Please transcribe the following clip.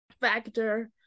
factor